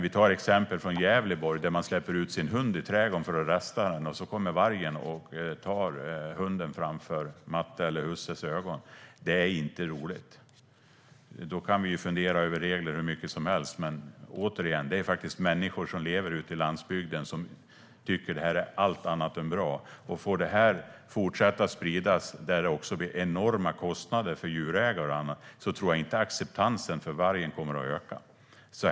I exemplet från Gävleborg släpper man ut sin hund i trädgården för att rasta den, och vargen tar hunden framför mattes eller husses ögon. Det är inte roligt. Då kan vi fundera hur mycket som helst över regler. Människor som lever på landsbygden tycker att detta är allt annat än bra. Om detta sprids med enorma kostnader för djurägarna kommer inte acceptansen för vargen att öka.